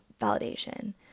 validation